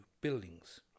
buildings